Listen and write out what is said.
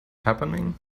happening